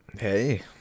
Hey